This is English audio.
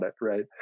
right